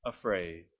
afraid